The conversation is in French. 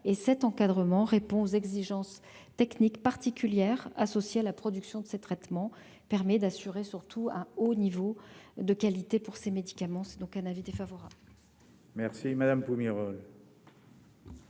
et cet encadrement répond aux exigences techniques particulières associées à la production de ces traitements permet d'assurer, surtout au niveau de qualité pour ces médicaments, c'est donc un avis défavorable. Merci madame. Désolé